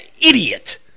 idiot